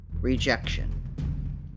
rejection